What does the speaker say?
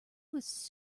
was